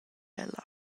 ella